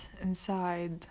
inside